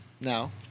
now